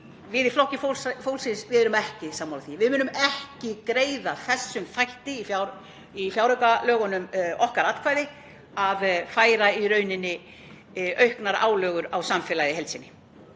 Við í Flokki fólksins erum ekki sammála því. Við munum ekki greiða þessum þætti í fjáraukalögunum okkar atkvæði, að færa í rauninni auknar álögur á samfélagið í heild sinni.